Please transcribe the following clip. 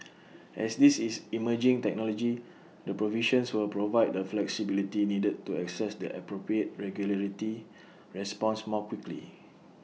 as this is emerging technology the provisions will provide the flexibility needed to assess the appropriate regulatory response more quickly